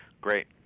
Great